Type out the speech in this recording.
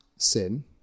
sin